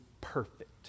perfect